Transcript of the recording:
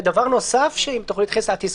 ודבר נוסף שאני מבקש שתתייחסו אליו,